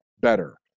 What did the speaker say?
better